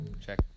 check